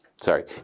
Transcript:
Sorry